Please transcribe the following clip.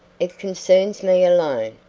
it concerns me alone,